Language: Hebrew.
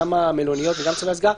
גם המלוניות וגם צווי הסגירה,